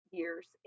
years